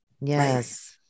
Yes